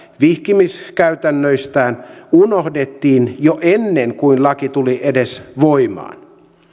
vihkimiskäytännöistään unohdettiin jo ennen kuin laki tuli edes voimaan